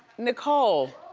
nicole